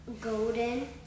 golden